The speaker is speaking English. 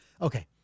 okay